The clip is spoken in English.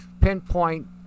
pinpoint